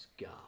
God